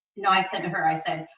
know, i said to her, i said,